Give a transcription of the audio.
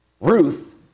Ruth